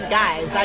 guys